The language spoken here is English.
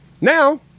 Now